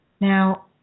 now